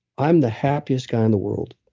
i'm the happiest guy in the world.